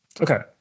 Okay